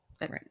Right